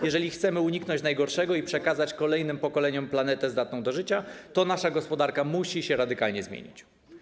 Jeżeli chcemy uniknąć najgorszego i przekazać kolejnym pokoleniom planetę zdatną do życia, to nasza gospodarka musi się radykalnie zmienić.